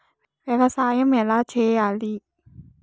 వ్యవసాయం ఎలా చేయాలి?